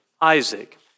Isaac